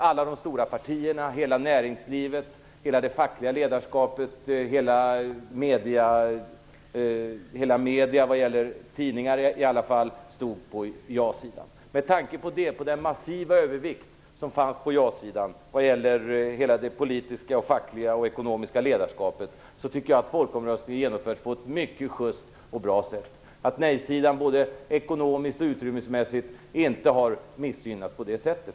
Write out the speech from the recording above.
Alla stora partier, hela näringslivet, hela det fackliga ledarskapet och medierna - i alla fall gällde det tidningarna - stod på ja-sidan. Med tanke på den massiva övervikten på ja-sidan vad gäller hela det politiska, fackliga och ekonomiska ledarskapet tycker jag att folkomröstningen genomfördes på ett mycket just och bra sätt. Nej-sidan har varken ekonomiskt eller utrymmesmässigt missgynnats.